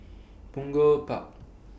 Punggol Park